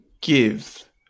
give